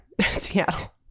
Seattle